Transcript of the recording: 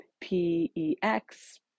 P-E-X